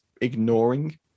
ignoring